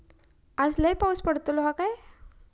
आज लय पाऊस पडतलो हा काय?